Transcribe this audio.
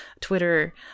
Twitter